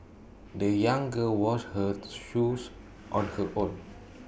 the young girl washed her shoes on her own